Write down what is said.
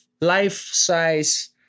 life-size